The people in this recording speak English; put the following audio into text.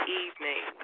evening